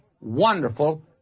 wonderful